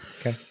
Okay